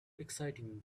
exciting